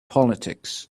politics